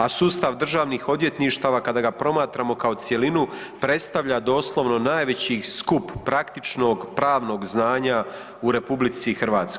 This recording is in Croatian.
A sustav državnih odvjetništava kada ga promatramo kao cjelinu predstavlja doslovno najveći skup praktičnog, pravnog znanja u RH.